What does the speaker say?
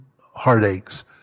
heartaches